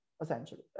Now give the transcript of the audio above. essentially